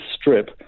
strip